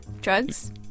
drugs